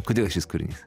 kodėl šis kūrinys